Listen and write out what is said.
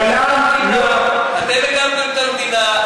אתם הקמתם את המדינה,